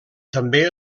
també